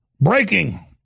Breaking